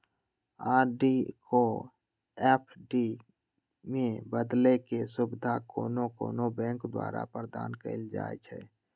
RD को F D में बदलेके सुविधा कोनो कोनो बैंके द्वारा प्रदान कएल जाइ छइ